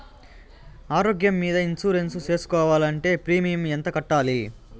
ఆరోగ్యం మీద ఇన్సూరెన్సు సేసుకోవాలంటే ప్రీమియం ఎంత కట్టాలి?